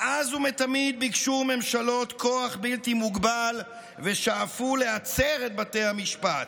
מאז ומתמיד ביקשו ממשלות כוח בלתי מוגבל ושאפו להצר את צעדי בתי המשפט.